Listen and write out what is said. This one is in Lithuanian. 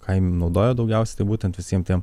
ką naudojo daugiausiai tai būtent visiem tiem